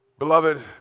Beloved